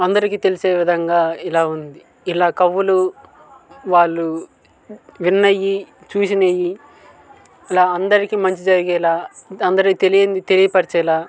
అందరికీ తెలిసే విధంగా ఇలా ఉంది ఇలా కవులు వాళ్ళు విన్నవి చూసినవి ఇలా అందరికీ మంచి జరిగేలా అందరి తెలియంది తెలియపరిచేలా